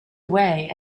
away